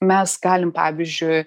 mes galim pavyzdžiui